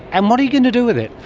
and what are you going to do with it?